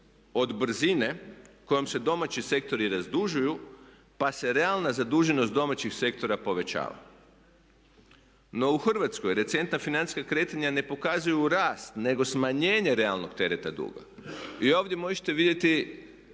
od brzine kojom se domaći sektori razdužuju pa se realna zaduženost domaćih sektora povećava. No, u Hrvatskoj recentna financijska kretanja ne pokazuju rast nego smanjenje realnog tereta duga. I ovdje možete vidjeti